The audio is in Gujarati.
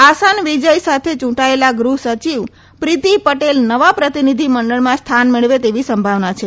આસાન વિજય સાથે ચુંટાયેલા ગૃહ સચિવ પ્રીતી પટેલ નવા પ્રતીનિધિ મંડળમાં સ્થાન મેળવે તેવી સંભાવના છે